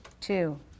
Two